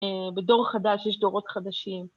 ‫בדור חדש יש דורות חדשים.